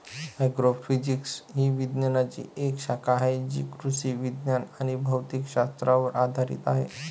agrophysics ही विज्ञानाची एक शाखा आहे जी कृषी विज्ञान आणि भौतिक शास्त्रावर आधारित आहे